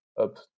up